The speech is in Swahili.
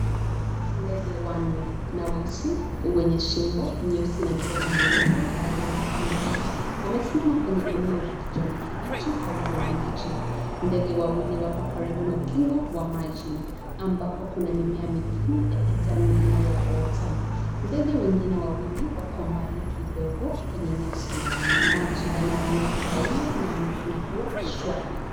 Ndege wanne na weusi wenye shingo nyeusi na midomo mirefu iliyopinda. Wamesimama kwenye eneo la kijani kibichi karibu na maji. Ndege wawili wako karibu na ukingo wa maji ambapo kuna mimea mingine ya kijani inayoota. Ndege wengine wawili wako mbali kidogo kwenye nyasi. Maji yana rangi ya kahawia na yanaonekana kua shwari.